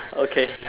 okay